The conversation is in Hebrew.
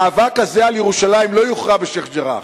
המאבק הזה על ירושלים לא יוכרע בשיח'-ג'ראח.